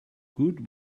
good